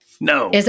no